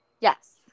Yes